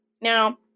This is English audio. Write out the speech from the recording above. Now